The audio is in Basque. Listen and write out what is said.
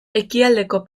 ekialdeko